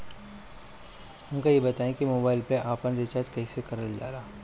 हमका ई बताई कि मोबाईल में आपन रिचार्ज कईसे करल जाला?